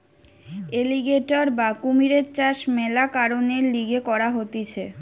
alligator বা কুমিরের চাষ মেলা কারণের লিগে করা হতিছে